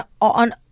on